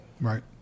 Right